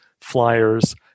flyers